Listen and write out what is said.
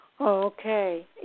Okay